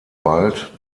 bald